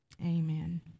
Amen